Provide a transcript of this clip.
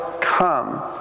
come